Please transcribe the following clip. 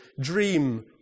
dream